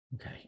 okay